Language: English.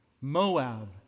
Moab